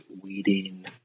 weeding